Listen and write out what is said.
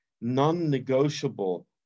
non-negotiable